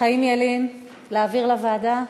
חיים ילין, להעביר לוועדה?